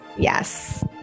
Yes